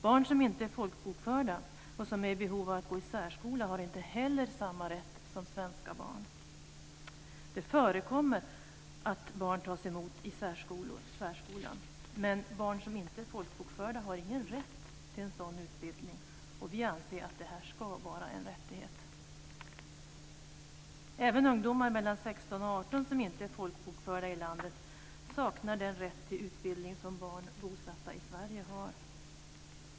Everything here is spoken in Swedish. Barn som inte är folkbokförda här och som är i behov av att gå i särskola har inte heller samma rätt som svenska barn. Det förekommer att barn tas emot i särskolan. Men barn som inte är folkbokförda här har ingen rätt till en sådan utbildning. Vi anser att det ska vara en rättighet. Även ungdomar mellan 16 och 18 år som inte är folkbokförda i landet saknar den rätt till utbildning som barn bosatta i Sverige har.